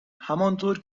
همانطور